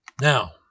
Now